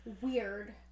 Weird